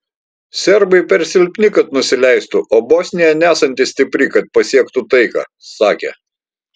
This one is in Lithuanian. serbai per silpni kad nusileistų o bosnija nesanti stipri kad pasiektų taiką sakė